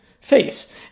face